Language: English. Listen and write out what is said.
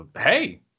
hey